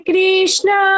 Krishna